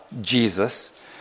Jesus